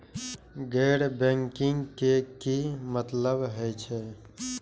गैर बैंकिंग के की मतलब हे छे?